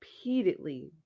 repeatedly